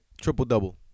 triple-double